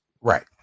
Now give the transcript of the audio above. Right